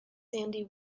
sandy